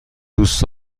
دوست